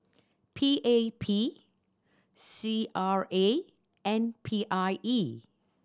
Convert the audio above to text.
P A P C R A and P I E